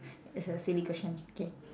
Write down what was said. it's a silly question K